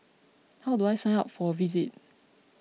how do I sign up for a visit